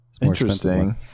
Interesting